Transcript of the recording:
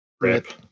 Rip